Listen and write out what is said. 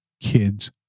kids